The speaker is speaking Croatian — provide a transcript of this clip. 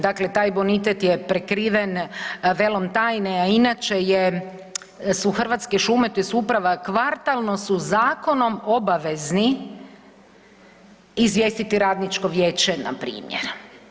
Dakle, taj bonitet je prekriven velom tajne, a inače su Hrvatske šume, tj. uprava kvartalno su zakonom obavezni izvijestiti radničko vijeće na primjer.